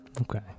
Okay